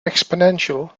exponential